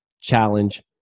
challenge